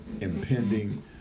impending